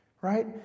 right